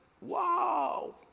Wow